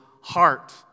heart